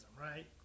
right